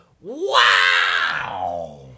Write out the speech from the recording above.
Wow